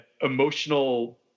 emotional